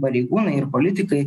pareigūnai ir politikai